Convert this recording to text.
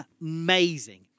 amazing